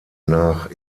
nach